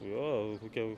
jo kokia